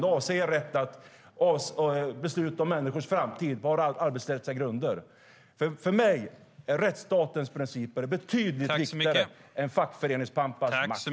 Ni får avsäga er rätten att besluta om människors framtid på arbetsrättsliga grunder. För mig är rättsstatens principer betydligt viktigare än fackföreningspampars makt.